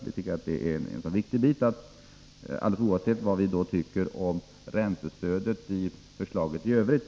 Vi tycker att den delen av förslaget är så viktig att den bör genomföras, oavsett vad vi tycker om räntestödet i förslaget i övrigt.